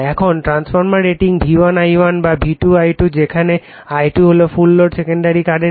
এখন transformer rating V1 I1 বা V2 I2 যেখানে I2 হলো ফুল লোড সেকেন্ডারি কারেন্ট